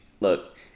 look